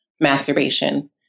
masturbation